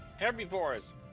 Herbivores